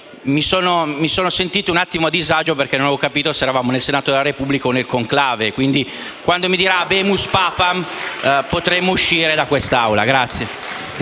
mi sono sentito un po' a disagio, perché non ho capito se eravamo nel Senato della Repubblica o nel Conclave. Quindi, quando mi dirà «*habemus Papam!*» potremo uscire da quest'Aula.